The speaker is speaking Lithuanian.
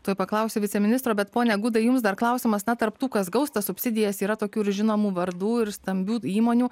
tuoj paklausiu viceministro bet pone gudai jums dar klausimas na tarp tų kas gaus tas subsidijas yra tokių ir žinomų vardų ir stambių įmonių